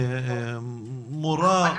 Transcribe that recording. מורה.